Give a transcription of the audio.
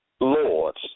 lords